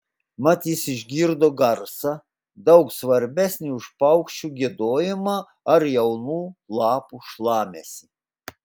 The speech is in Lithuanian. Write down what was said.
mat jis išgirdo garsą daug svarbesnį už paukščių giedojimą ar jaunų lapų šlamesį